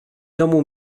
domu